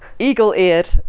eagle-eared